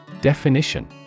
Definition